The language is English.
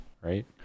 right